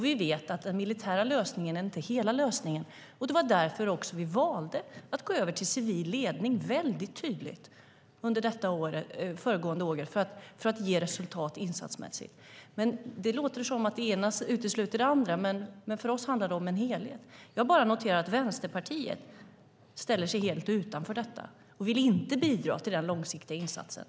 Vi vet att den militära lösningen inte är hela lösningen, och det var därför vi under föregående år väldigt tydligt valde att gå över till civil ledning för att ge resultat insatsmässigt. Det låter som att det ena utesluter det andra, men för oss handlar det om en helhet. Jag bara noterar att Vänsterpartiet ställer sig helt utanför detta och inte vill bidra till den långsiktiga insatsen.